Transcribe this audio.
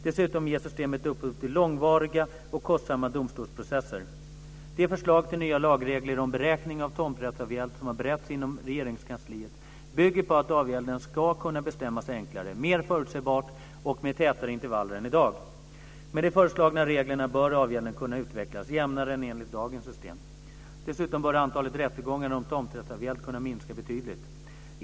Dessutom ger systemet upphov till långvariga och kostsamma domstolsprocesser. Det förslag till nya lagregler om beräkning av tomträttsavgäld som har beretts inom Regeringskansliet bygger på att avgälden ska kunna bestämmas enklare, mer förutsägbart och med tätare intervaller än i dag. Med de föreslagna reglerna bör avgälden kunna utvecklas jämnare än enligt dagens system. Dessutom bör antalet rättegångar om tomträttsavgäld kunna minska betydligt.